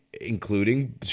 Including